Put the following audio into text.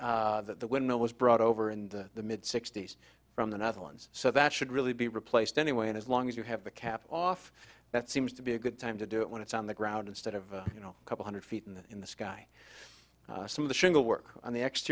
that the windmill was brought over and the mid sixty's from the netherlands so that should really be replaced anyway and as long as you have the cap off that seems to be a good time to do it when it's on the ground instead of you know a couple hundred feet in the sky some of the shingle work on the ext